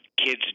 Kids